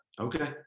okay